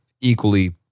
equally